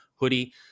hoodie